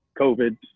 COVID